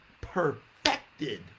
perfected